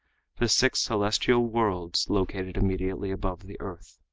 the six celestial worlds located immediately above the earth.